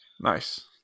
Nice